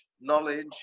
knowledge